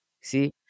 See